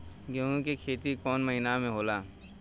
गेहूं के खेती कौन महीना में होला?